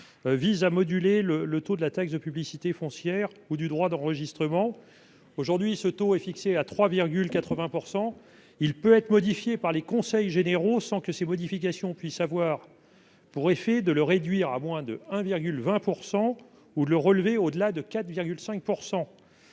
vise à moduler le taux de la taxe de publicité foncière ou du droit d'enregistrement, aujourd'hui fixé à 3,80 %. Ce dernier peut être modifié par les conseils généraux sans que ces modifications puissent avoir pour effet de le réduire à moins de 1,20 % ou de le relever au-delà de 4,50